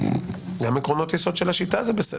גם עקרונות יסוד של השיטה זה בסדר.